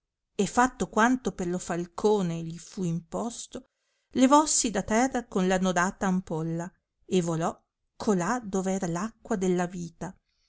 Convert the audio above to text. e fatto quanto per lo falcone gli fu imposto levossi da terra con la annodata ampolla e volò colà dov'era l'acqua della vita